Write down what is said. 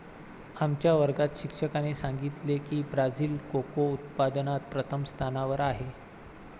आमच्या वर्गात शिक्षकाने सांगितले की ब्राझील कोको उत्पादनात प्रथम स्थानावर आहे